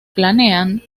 planean